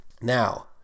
Now